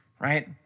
right